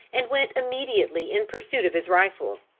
and went immediately in pursuit of his rifle.